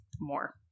more